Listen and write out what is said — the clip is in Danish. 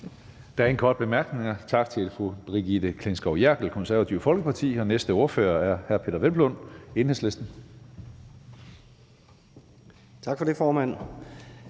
Der er ingen korte bemærkninger. Tak til fru Brigitte Klintskov Jerkel, Det Konservative Folkeparti. Næste ordfører er hr. Peder Hvelplund, Enhedslisten. Kl. 16:25 (Ordfører)